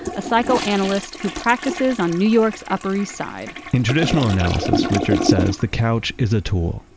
a psychoanalyst who practices on new york's upper east side in traditional analysis, richard says, the couch is a tool.